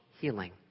healing